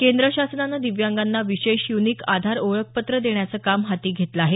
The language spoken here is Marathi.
केंद्र शासनानं दिव्यांगांना विशेष युनिक आधार ओळखपत्र देण्याचं काम हाती घेतलं आहे